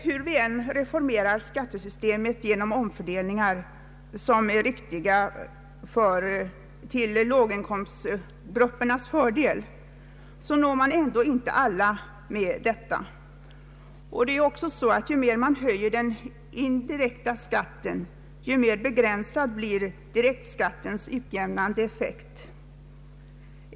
Hur vi än reformerar skattesystemet genom omfördelningar till låginkomstgruppernas fördel når vi ändå inte alla med detta. Ju mer man höjer den indirekta skatten desto mer begränsad blir direktskattens utjämnande effekt.